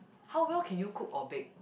how well can you cook or bake